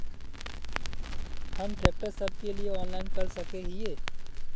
हम ट्रैक्टर सब के लिए ऑनलाइन कर सके हिये?